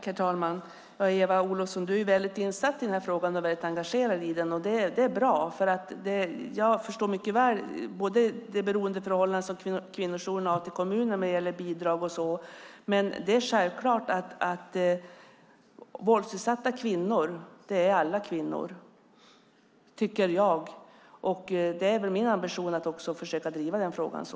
Herr talman! Eva Olofsson är insatt och engagerad i frågan. Det är bra. Jag förstår mycket väl det beroendeförhållande som kvinnojourerna har till kommunerna när det gäller bidrag och så vidare. Det är självklart att våldsutsatta kvinnor är alla kvinnor. Det tycker jag. Det är min ambition att också försöka driva frågan så.